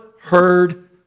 heard